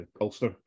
Ulster